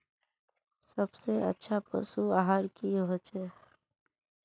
सबसे अच्छा पशु आहार की होचए?